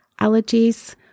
allergies